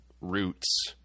roots